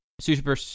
super